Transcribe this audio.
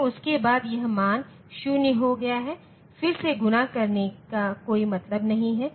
तो उसके बाद यह मान 0 हो गया है फिर से गुणा करने का कोई मतलब नहीं है